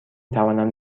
توانم